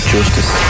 Justice